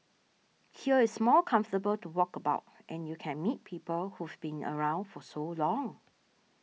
here it's more comfortable to walk about and you can meet people who've been around for so long